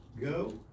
go